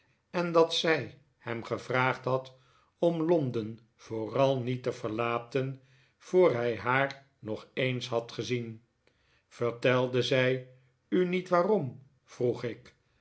en dat zij hem gevraagd had om londen vooral niet te verlaten voor hij haar nog eens had gezien vertelde zij u niet waarom vroeg ik